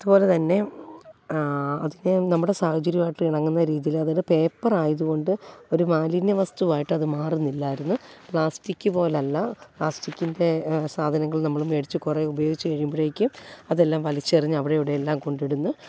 അതുപോലെ തന്നെ അതിൻ്റെ നമ്മുടെ സാഹചര്യവുമായിട്ട് ഇണങ്ങുന്ന രീതിയിൽ അതൊരു പേപ്പർ ആയത് കൊണ്ട് ഒരു മാലിന്യ വസ്തുവായിട്ട് അത് മാറുന്നില്ലായിരുന്നു പ്ലാസ്റ്റിക് പോലല്ല പ്ലാസ്റ്റിക്കിൻ്റെ സാധനങ്ങൾ നമ്മൾ മേടിച്ച് കുറെ ഉപയോഗിച്ച് കഴിയുമ്പോഴേക്കും അതെല്ലാം വലിച്ചെറിഞ്ഞു അവിടെ ഇവിടെ എല്ലാം കൊണ്ടിടുന്നു